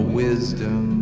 wisdom